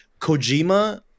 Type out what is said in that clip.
Kojima